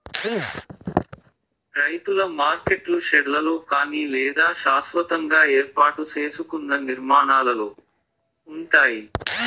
రైతుల మార్కెట్లు షెడ్లలో కానీ లేదా శాస్వతంగా ఏర్పాటు సేసుకున్న నిర్మాణాలలో ఉంటాయి